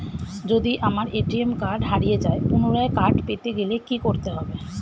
যদি আমার ATM card হারিয়ে যায় পুনরায় কার্ড পেতে গেলে কি করতে হবে?